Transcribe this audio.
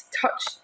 touch